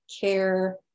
care